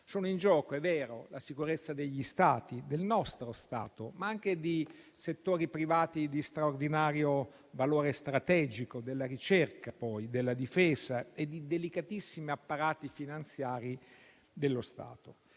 è in gioco la sicurezza degli Stati, del nostro Stato, ma anche di settori privati di straordinario valore strategico della ricerca, della difesa e di delicatissimi apparati finanziari dello Stato.